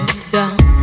down